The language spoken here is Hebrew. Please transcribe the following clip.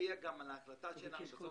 שהשפיעה גם על ההחלטה שלנו .